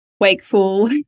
wakeful